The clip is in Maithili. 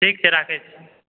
ठीक छै राखै छी